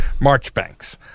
Marchbanks